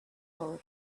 over